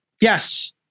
yes